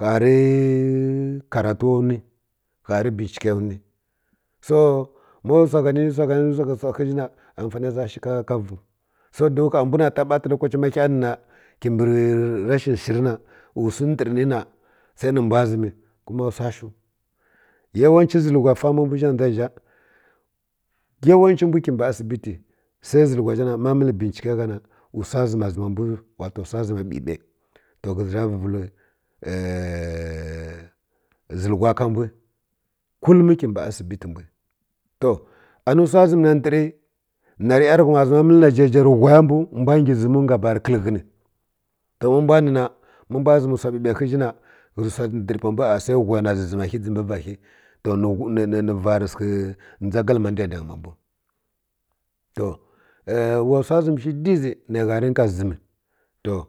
Ha rə karatu ni ga rə benchikə ya nuwi so ma wsa ghaninighə ghhaninigh anfani za shiw ka viv so don m ha mbw na ta bafa lokace ma ghə ni na kibə rashia shir na wsi ndar ni na sai mbw zən kuma wsa shiw yawan ce zəlhu wa fama mbw zha na dʒa zha yawance mbw kibə asibi tə sai zə i hu zhi na ma gha məl benceka wsa zəma zəm mbw wsa zəma bəbəi ro ghə zi vəl zəljhuwa ka mbw kulm kibə asibitə mbw to ani wsa zəm məl na jaja, whai mbiw mbw ngə zəmu nga barə khəl ghə ni ma mbw ni na ma zəm wsa zəm bəbəi ghə zi wsa zəm ndər pa mbw a sai whai na zəm ghə dʒi bi va hə to ni hum ni ni va rə səkə dʒa olama ndaidang ma bow to wa wsa zəm shi diʒi nə gha rə nka zəm to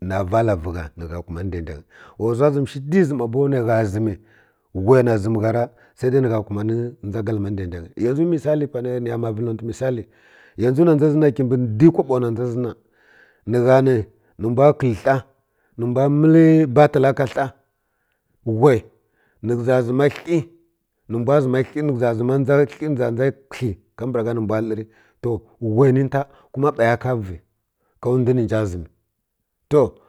na vala vi gha ni gha kumani ndaidang wa wsa zəm shi diʒi ma bow nə gha zəmi whai na zəm gha ra sai dai ni gha kumani dʒa glam ndaidang yanzu misali ni ya ma vəl nanfə misali yanzu na dʒa zi na kibi di kobo na dʒa zi na hi gha ni nə mbw khəl ha na mbw məl butal ka hə whai no ghə za zəma dli ni mbw dli ni za zəma dʒa hi kabragha ni mbw ləri to whai hə fa ka vi ka ndw ni nja zəm to